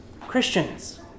Christians